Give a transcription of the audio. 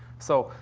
so,